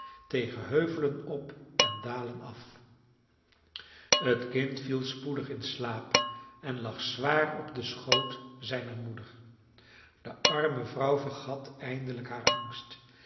tegen heuvelen op en in dalen af het kind viel spoedig in slaap en lag zwaar op den schoot zijner moeder de arme vrouw vergat eindelijk haar angst